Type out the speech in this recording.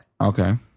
Okay